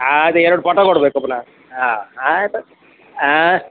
ಹಾಂ ಅದು ಎರಡು ಫೋಟೋ ಕೊಡಬೇಕು ಪುನಃ ಹಾಂ ಆಯಿತು ಹಾಂ